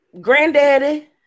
granddaddy